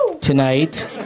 tonight